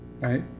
right